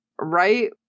right